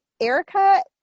Erica